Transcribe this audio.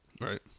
Right